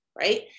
right